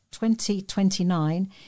2029